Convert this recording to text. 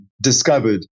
discovered